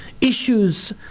Issues